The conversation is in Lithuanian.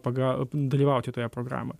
pagal dalyvauti toje programoje